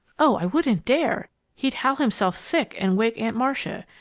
oh, i wouldn't dare! he'd howl himself sick and wake aunt marcia.